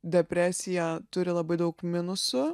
depresija turi labai daug minusų